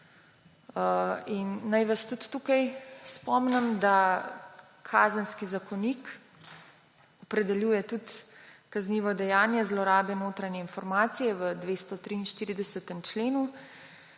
Naj vas tudi tukaj spomnim, da Kazenski zakonik opredeljuje tudi kaznivo dejanje zlorabe notranje informacije v 238. členu.